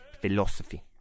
philosophy